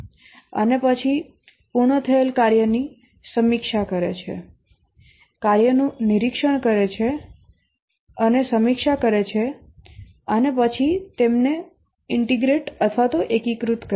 અને પછી પૂર્ણ થયેલ કાર્યની સમીક્ષા કરે છે કાર્યનું નિરીક્ષણ કરે છે અને સમીક્ષા કરે છે અને પછી તેમને એકીકૃત કરે છે